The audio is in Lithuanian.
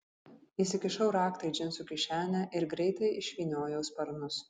įsikišau raktą į džinsų kišenę ir greitai išvyniojau sparnus